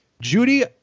Judy